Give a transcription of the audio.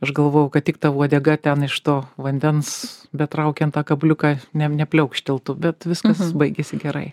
aš galvojau kad tik ta uodega ten iš to vandens betraukiant tą kabliuką ne nepliaukštelti bet viskas baigėsi gerai